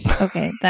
Okay